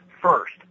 first